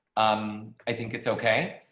um, i think it's okay.